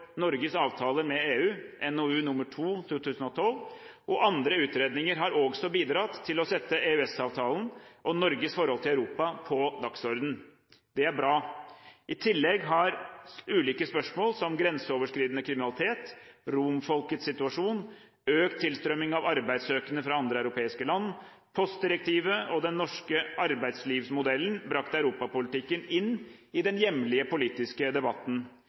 Norges avtaler med EU, og andre utredninger har også bidratt til å sette EØS-avtalen og Norges forhold til Europa på dagsordenen. Det er bra. I tillegg har ulike spørsmål som grenseoverskridende kriminalitet, romfolkets situasjon, økt tilstrømming av arbeidssøkende fra andre europeiske land, postdirektivet og den norske arbeidslivsmodellen brakt europapolitikken inn i den hjemlige politiske debatten.